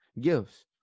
Gifts